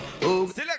Select